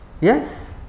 Yes